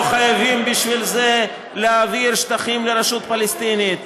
לא חייבים בשביל זה להעביר שטחים לרשות הפלסטינית,